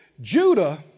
Judah